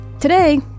Today